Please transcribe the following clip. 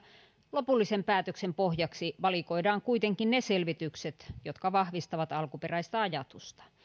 lopullisen päätöksen pohjaksi valikoidaan kuitenkin ne selvitykset jotka vahvistavat alkuperäistä ajatusta